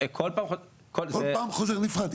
כל פעם חוזר --- כל פעם חוזר נפרד,